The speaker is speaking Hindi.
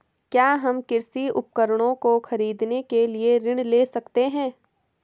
क्या हम कृषि उपकरणों को खरीदने के लिए ऋण ले सकते हैं?